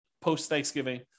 post-Thanksgiving